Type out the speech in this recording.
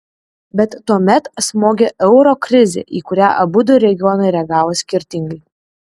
bet tuomet smogė euro krizė į kurią abudu regionai reagavo skirtingai